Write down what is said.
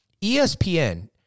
ESPN